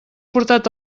portat